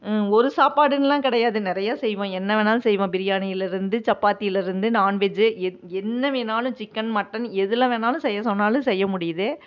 ஒரு சாப்பாடுன்னுலாம் கிடையாது நிறையா செய்வேன் என்ன வேணாலும் செய்வேன் பிரியாணில இருந்து சப்பாத்தில இருந்து நான்வெஜ்ஜே எ என்ன வேணாலும் சிக்கன் மட்டன் எதில் வேணாலும் செய்ய சொன்னாலும் செய்ய முடியுது